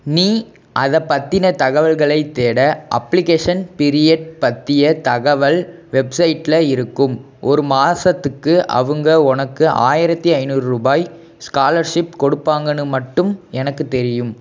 நீ அதை பத்திய தகவல்களை தேட அப்ளிகேஷன் பீரியட் பற்றிய தகவல் வெப்சைட்டில் இருக்கும் ஒரு மாதத்துக்கு அவங்க உனக்கு ஆயிரத்தி ஐந்நூறுபாய் ஸ்காலர்ஷிப் கொடுப்பாங்கன்னு மட்டும் எனக்கு தெரியும்